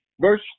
verse